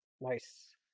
Nice